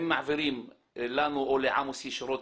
הם מעבירים לנו או לעמוס ישירות,